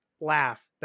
laugh